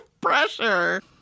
pressure